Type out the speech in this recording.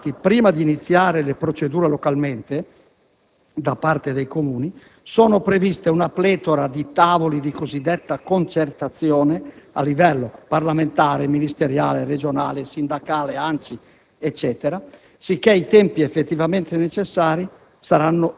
Infatti, prima di iniziare le procedure localmente da parte dei Comuni, sono previste una pletora di tavoli di cosiddetta concertazione, a livello parlamentare, ministeriale, regionale, sindacale, ANCI, eccetera, sicché i tempi effettivamente necessari